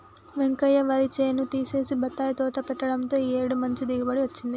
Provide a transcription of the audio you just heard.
వెంకయ్య వరి చేను తీసేసి బత్తాయి తోట పెట్టడంతో ఈ ఏడు మంచి దిగుబడి వచ్చింది